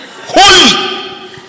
holy